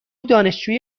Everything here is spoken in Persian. دانشجوی